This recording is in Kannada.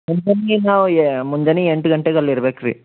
ನಾವು ಮುಂಜಾನೆ ಎಂಟು ಗಂಟೆಗೆ ಅಲ್ಲಿ ಇರ್ಬೇಕು ರೀ